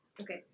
Okay